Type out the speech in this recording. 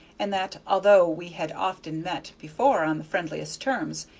and that, although we had often met before on the friendliest terms,